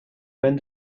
when